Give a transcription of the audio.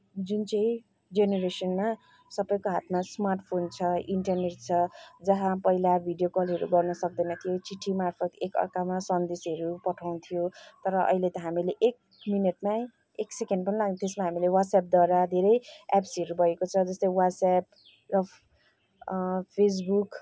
जुन चाहिँ जेनेरेसनमा सबैको हातमा स्मार्ट फोन छ इन्टरनेट छ जहाँ पहिला भिडियो कलहरू गर्न सक्दैन थियो चिठीमार्फत एक अर्कामा सन्देसहरू पठाउँथ्यो तर अहिले त हामीले एक मिनटमै एक सेकेन्ड पनि लाग्द त्यसमा हामीले व्हाट्सएप्पद्वारा धेरै एप्सहरू भएको छ जस्तै व्हाट्सएप्प फेसबुक